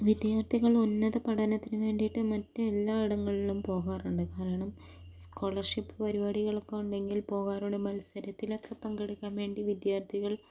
വിദ്യാർത്ഥികൾ ഉന്നത പഠനത്തിന് വേണ്ടിയിട്ട് മറ്റ് എല്ലായിടങ്ങളിലും പോകാറുണ്ട് കാരണം സ്കോളർഷിപ്പ് പരിപാടികളൊക്കെ ഉണ്ടെങ്കിൽ പോകാറുണ്ട് മത്സരത്തിലൊക്കെ പങ്കെടുക്കാൻ വേണ്ടി വിദ്യാർത്ഥികൾ